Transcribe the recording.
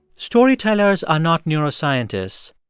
storytellers are not neuroscientists,